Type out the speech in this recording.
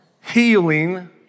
Healing